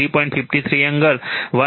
53 angle 103